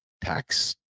tax